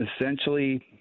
essentially